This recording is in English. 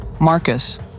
Marcus